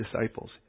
disciples